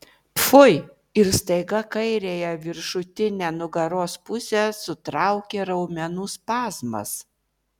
pfui ir staiga kairiąją viršutinę nugaros pusę sutraukė raumenų spazmas